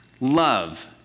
love